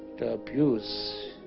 the abuse